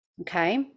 Okay